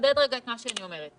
אחדד רגע את מה שאני אומרת.